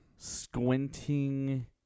squinting